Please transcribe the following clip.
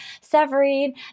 Severine